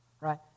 Right